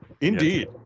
Indeed